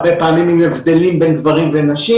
הרבה פעמים עם הבדלים בין גברים לבין נשים,